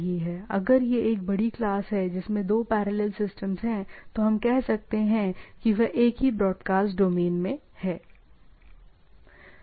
अगर यह एक बड़ी क्लास है जिसमें 2पैरेलल सिस्टम्स है तो हम कह सकते हैं कि वह एक ही ब्रॉडकास्ट डोमेन में है